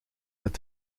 met